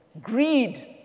Greed